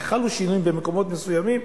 וחלו שינויים במקומות מסוימים,